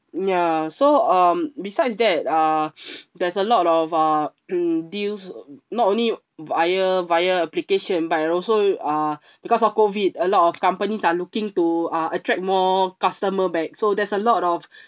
ya so um besides that uh there's a lot of a deals not only via via application but it also uh because of COVID a lot of companies are looking to uh attract more customer back so there's a lot of